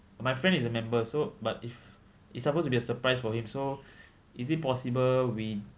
my friend is a member so but if it's supposed to be a surprise for him so is it possible we